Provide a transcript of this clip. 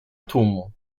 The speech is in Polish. tłumu